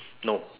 no